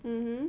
mmhmm